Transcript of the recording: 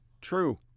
true